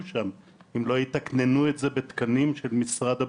שם אם לא יתקננו את זה בתקנים של משרד הבריאות.